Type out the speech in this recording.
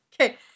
Okay